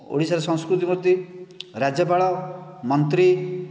ଓଡ଼ିଶାର ସଂସ୍କୃତି ମନ୍ତ୍ରୀ ରାଜ୍ୟପାଳ ମନ୍ତ୍ରୀ